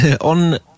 on